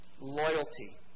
Loyalty